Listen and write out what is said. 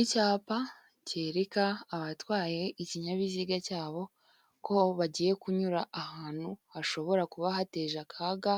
Icyapa cyereka abatwaye ikinyabiziga cyabo ko bagiye kunyura ahantu hashobora kuba hateje akaga